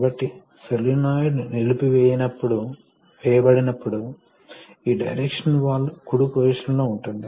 కాబట్టి వచ్చే ద్రవం ఈ పాయింట్ చుట్టూ స్థిరపడుతుంది మరియు ఇంతకు ముందు వచ్చిన ద్రవం వాస్తవానికి పంపులోకి ప్రవేశిస్తుంది